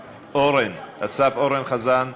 אסף אורן חזן?